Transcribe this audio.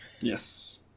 Yes